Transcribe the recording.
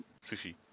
Sushi